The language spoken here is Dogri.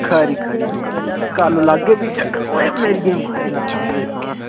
खरी खरी तां कल लागे फ्ही चक्कर होए मेरिये माए लत्तां पीड़ां